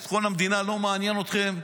ביטחון המדינה לא מעניין אתכם,